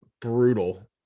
brutal